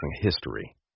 history